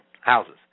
houses